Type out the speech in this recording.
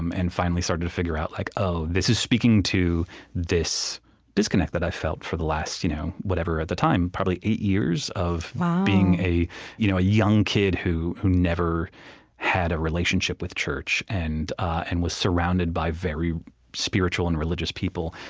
um and finally started to figure out, like oh, this is speaking to this disconnect that i've felt for the last you know whatever at the time, probably eight years of being a you know a young kid who who never had a relationship with church and and was surrounded by very spiritual and religious people,